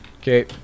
okay